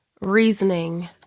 reasoning